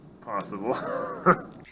possible